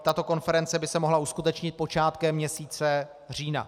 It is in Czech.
Tato konference by se mohla uskutečnit počátkem měsíce října.